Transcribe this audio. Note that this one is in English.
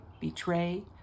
betray